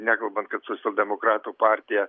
nekalbant kad socialdemokratų partija